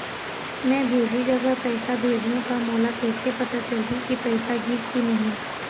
मैं भेजे जगह पैसा भेजहूं त मोला कैसे पता चलही की पैसा गिस कि नहीं?